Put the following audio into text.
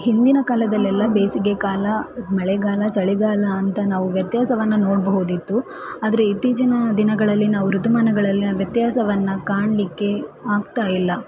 ಹಿಂದಿನ ಕಾಲದಲ್ಲೆಲ್ಲ ಬೇಸಿಗೆಕಾಲ ಮಳೆಗಾಲ ಚಳಿಗಾಲ ಅಂತ ನಾವು ವ್ಯತ್ಯಾಸವನ್ನು ನೋಡಬಹುದಿತ್ತು ಆದರೆ ಇತ್ತೀಚಿನ ದಿನಗಳಲ್ಲಿ ನಾವು ಋತುಮಾನಗಳಲ್ಲಿನ ವ್ಯತ್ಯಾಸವನ್ನು ಕಾಣಲಿಕ್ಕೆ ಆಗ್ತಾ ಇಲ್ಲ